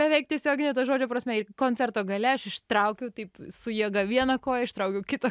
beveik tiesiogine to žodžio prasme ir koncerto gale aš ištraukiau taip su jėga vieną koją ištraukiau kitą